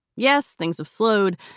yes, things have slowed,